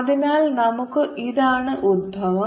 അതിനാൽ നമുക്ക് ഇതാണ് ഉത്ഭവം